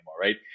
right